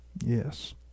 Yes